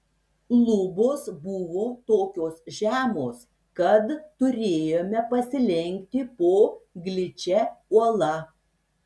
lubos buvo tokios žemos kad turėjome pasilenkti po gličia uola